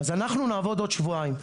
נעבוד עוד שבועיים,